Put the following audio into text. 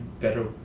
better